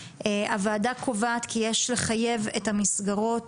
הוועדה קובעת כי יש לחייב בתקנות את המסגרות